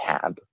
tab